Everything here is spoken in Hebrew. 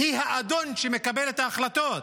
היא האדון שמקבל את ההחלטות,